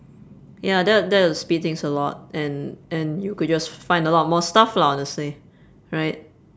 ya that w~ that would speed things a lot and and you could just find a lot of more stuff lah honestly right